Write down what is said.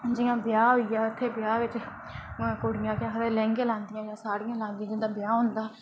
दे जि'यां ब्याह् होई जा उत्थै ब्याह् बिच कुड़ियां केह् आखदे लैंह्गे लांदियां साड़ियां लांदियां जिं'दा ब्याह् होंदा